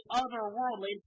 otherworldly